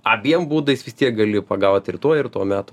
abiem būdais vis tiek gali pagaut ir tuo ir tuo metų